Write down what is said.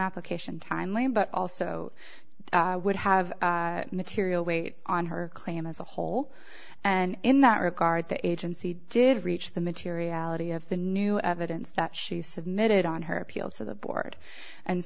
application timeline but also would have material weight on her claim as a whole and in that regard the agency did reach the materiality of the new evidence that she submitted on her appeal to the board and